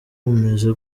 umeze